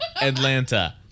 Atlanta